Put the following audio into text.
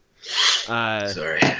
Sorry